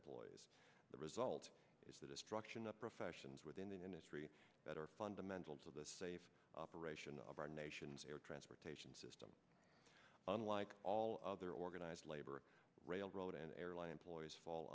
voice the result is the destruction of professions within the industry better fundamentals of the safe operation of our nation's air transportation system unlike all other organized labor railroad and airline employees fall